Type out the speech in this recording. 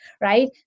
right